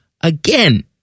Again